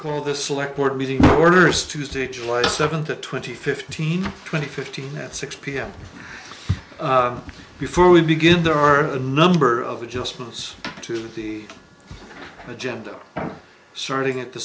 call the select board meeting order is tuesday july seventh at twenty fifteen twenty fifteen at six pm before we begin there are a number of adjustments to the agenda starting at the